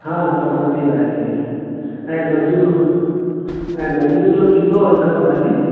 हा समाधी आहे ऐं मजनू ऐं मजनू जो टीलो हिकिड़ो आहे